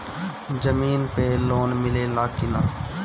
जमीन पे लोन मिले ला की ना?